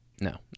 no